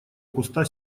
куста